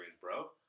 bro